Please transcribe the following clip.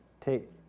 Take